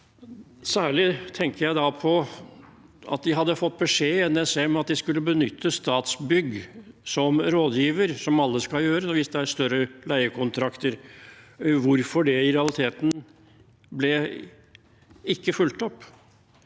Særlig tenker jeg da på at NSM hadde fått beskjed om at de skulle benytte Statsbygg som rådgiver, som alle skal gjøre hvis det er større leiekontrakter. Hvorfor ble det i realiteten ikke fulgt opp?